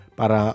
para